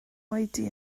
oedi